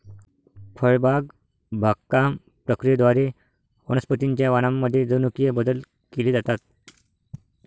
फळबाग बागकाम प्रक्रियेद्वारे वनस्पतीं च्या वाणांमध्ये जनुकीय बदल केले जातात